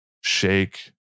shake